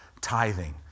tithing